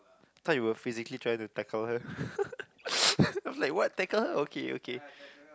I thought you were physically trying to tackle her I'm like what tackle her okay okay